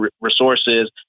resources